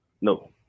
no